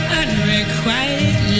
unrequited